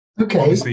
Okay